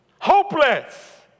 hopeless